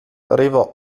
river